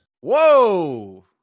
Whoa